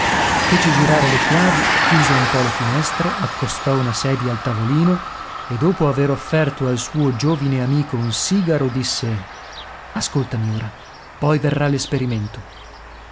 fece girare le chiavi chiuse un po le finestre accostò una sedia al tavolino e dopo aver offerto al suo giovine amico un sigaro disse ascoltami ora poi verrà